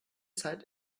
zeit